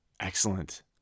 Excellent